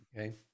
Okay